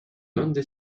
donde